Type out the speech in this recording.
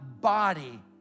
body